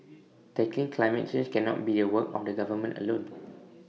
tackling climate change cannot be the work of the government alone